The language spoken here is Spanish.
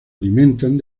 alimentan